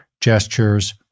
gestures